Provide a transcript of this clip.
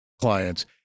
clients